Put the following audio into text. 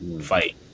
fight